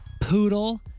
poodle